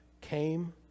came